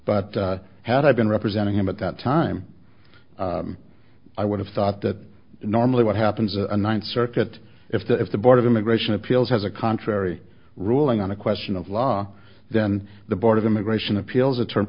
but had i been representing him at that time i would have thought that normally what happens a ninth circuit if that if the board of immigration appeals has a contrary ruling on a question of law then the board of immigration appeals a